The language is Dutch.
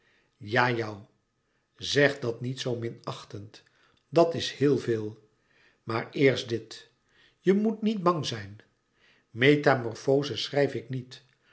jou zeg dat niet zoo minachtend dat is heel veel maar eerst dit je moet niet bang zijn metamorfoze schrijf ik niet